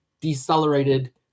decelerated